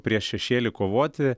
prieš šešėlį kovoti